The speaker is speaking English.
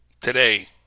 today